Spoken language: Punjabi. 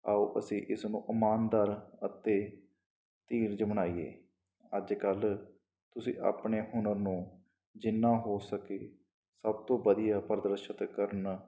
ਆਓ ਅਸੀਂ ਇਸਨੂੰ ਇਮਾਨਦਾਰ ਅਤੇ ਧੀਰਜ ਬਣਾਈਏ ਅੱਜ ਕੱਲ੍ਹ ਤੁਸੀਂ ਆਪਣੇ ਹੁਨਰ ਨੂੰ ਜਿੰਨਾ ਹੋ ਸਕੇ ਸਭ ਤੋਂ ਵਧੀਆ ਪ੍ਰਦਰਸ਼ਿਤ ਕਰਨ